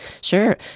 Sure